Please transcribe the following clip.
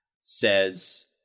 says